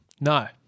No